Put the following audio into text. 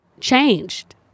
changed